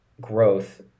growth